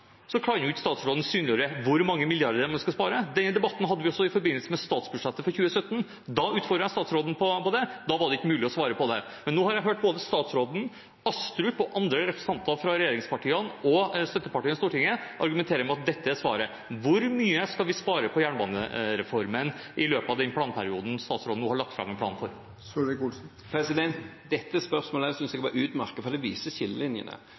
Så langt er det en betydelig kostnad til omlegging, for reformer koster penger – det er naturlig, det vet alle. Men fortsatt klarer ikke statsråden å synliggjøre hvor mange milliarder man skal spare. Denne debatten hadde vi også i forbindelse med statsbudsjettet for 2017. Da utfordret jeg statsråden på det. Da var det ikke mulig å svare på det. Men nå har jeg hørt både statsråden, representanten Astrup og andre representanter for regjeringspartiene og støttepartiene i Stortinget argumentere for at dette er svaret. Hvor mye skal vi spare på jernbanereformen i løpet av den planperioden statsråden nå har lagt fram en plan for? Dette spørsmålet